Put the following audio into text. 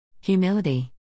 Humility